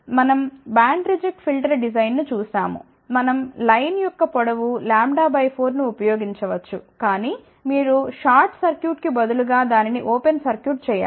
మనం band reject filter design ను చూశాము మనం లైన్ యొక్క పొడవు λ 4 ను ఉపయోగించవచ్చు కానీ మీరు షాట్ సర్క్యూట్కు బదులుగా దానిని ఓపెన్ సర్క్యూట్ చేయాలి